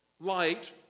light